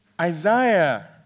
Isaiah